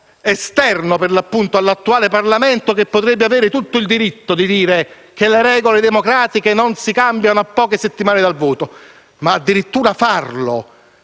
esterno all'attuale Parlamento, che potrebbe avere tutto il diritto di dire che le regole democratiche non si cambiano a poche settimane dal voto. Addirittura però